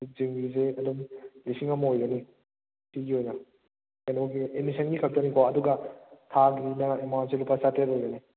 ꯖꯤꯝꯒꯤꯁꯦ ꯑꯗꯨꯝ ꯂꯤꯁꯤꯡ ꯑꯃ ꯑꯣꯏꯒꯅꯤ ꯐꯤꯒꯤ ꯑꯣꯏꯅ ꯀꯩꯅꯣꯒꯤ ꯑꯦꯗꯃꯤꯁꯟꯒꯤ ꯈꯛꯇꯅꯤꯀꯣ ꯑꯗꯨꯒ ꯊꯥꯒꯤꯅ ꯑꯦꯃꯥꯎꯟꯁꯦ ꯂꯨꯄꯥ ꯆꯥꯇ꯭ꯔꯦꯠ ꯑꯣꯏꯒꯅꯤ